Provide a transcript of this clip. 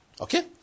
Okay